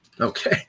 Okay